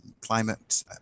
climate